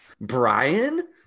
Brian